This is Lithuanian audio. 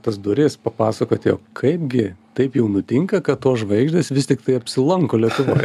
tas duris papasakoti o kaipgi taip jau nutinka kad tos žvaigždės vis tiktai apsilanko lietuvoj